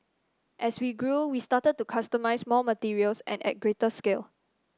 as we grew we started to customise more materials and at greater scale